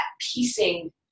piecing